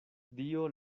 dio